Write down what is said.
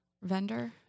Vendor